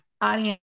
audience